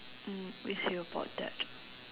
um we'll see about that